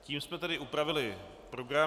Tím jsme tedy upravili program.